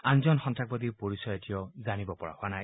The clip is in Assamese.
আনজন সন্ত্ৰাসবাদীৰ পৰিচয় এতিয়াও জানিব পৰা হোৱা নাই